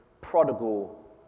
prodigal